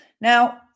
now